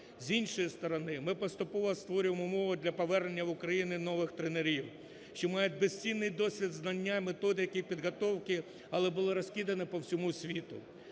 З іншої сторони, ми поступово створюємо умови для повернення в Україну нових тренерів, що мають безцінний досвід і знання, методики підготовки, але були розкидані по всьому світу.